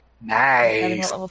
Nice